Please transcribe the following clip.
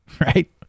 right